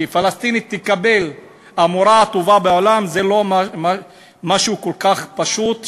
שפלסטינית תקבל "המורה הטובה בעולם" זה לא משהו כל כך פשוט,